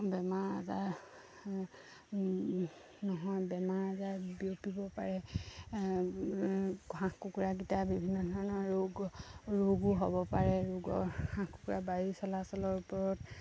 বেমাৰ আজাৰ নহয় বেমাৰ আজাৰ বিয়পিব পাৰে হাঁহ কুকুৰাকেটাই বিভিন্ন ধৰণৰ ৰোগ ৰোগো হ'ব পাৰে ৰোগৰ হাঁহ কুকুৰা বায়ু চলাচলৰ ওপৰত